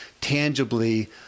tangibly